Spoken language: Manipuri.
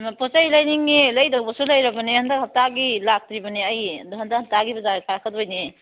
ꯄꯣꯠ ꯆꯩ ꯂꯩꯅꯤꯡꯉꯦ ꯂꯩꯗꯧꯕꯁꯨ ꯂꯩꯔꯕꯅꯦ ꯍꯟꯗꯛ ꯍꯞꯇꯥꯒꯤ ꯂꯥꯛꯇ꯭ꯔꯤꯕꯅꯦ ꯑꯩ ꯑꯗꯣ ꯍꯟꯗꯛ ꯍꯥꯞꯇꯥꯒꯤꯗꯨꯗ ꯀꯥꯔꯛꯀꯗꯣꯏꯅꯦ